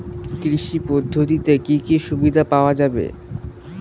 কৃষি পদ্ধতিতে কি কি সুবিধা পাওয়া যাবে?